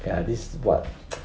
ya this is what